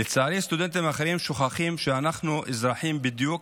לצערי סטודנטים אחרים שוכחים שאנחנו אזרחים בדיוק